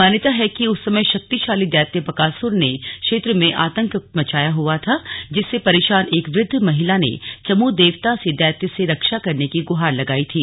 मान्यता है कि उस समय शक्तिशाली दैत्य बकासुर ने क्षेत्र में आतंक मचाया हुआ था जिससे परेशान एक वृद्व महिला ने चमू देवता से दैत्य से रक्षा करने की गुहार लगाई थी